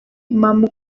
mama